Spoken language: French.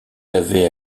avez